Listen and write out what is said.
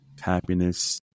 happiness